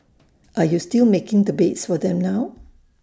are you still making the beds for them now